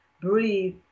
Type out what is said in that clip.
breathe